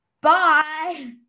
bye